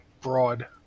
broad